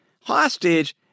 hostage